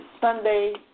Sunday